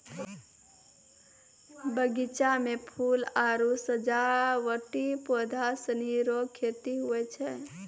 बगीचा मे फूल आरु सजावटी पौधा सनी रो खेती हुवै छै